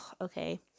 okay